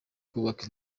kubaka